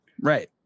Right